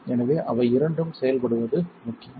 எனவே அவை இரண்டும் செயல்படுவது முக்கியம்